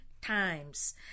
times